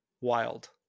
wild